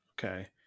Okay